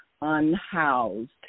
unhoused